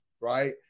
right